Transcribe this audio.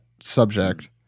subject